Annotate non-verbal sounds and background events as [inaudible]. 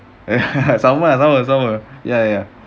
[laughs] sama lah sama sama ya ya